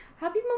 Happy